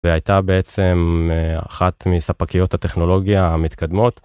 והייתה בעצם אחת מספקיות הטכנולוגיה המתקדמות.